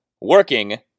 working